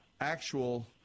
actual